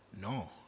No